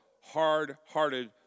hard-hearted